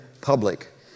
public